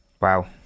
Wow